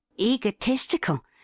Egotistical